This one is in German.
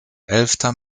elfter